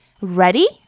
Ready